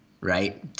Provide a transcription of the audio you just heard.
right